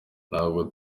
ntabwo